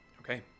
okay